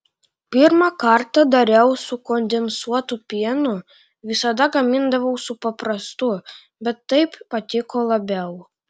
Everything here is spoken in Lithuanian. pirmą kartą dariau su kondensuotu pienu visada gamindavau su paprastu bet taip patiko labiau